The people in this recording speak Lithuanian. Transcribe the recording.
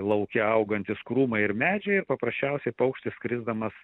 lauke augantys krūmai ir medžiai ir paprasčiausiai paukštis skrisdamas